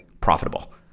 profitable